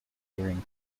carrying